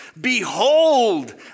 Behold